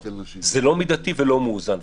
זה לא מידתי ולא מאוזן.